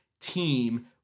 team